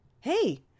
Hey